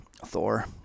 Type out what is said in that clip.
Thor